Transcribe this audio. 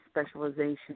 specialization